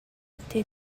été